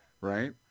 right